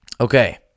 Okay